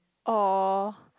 (aw)